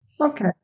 Okay